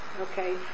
okay